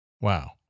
Wow